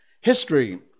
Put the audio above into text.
History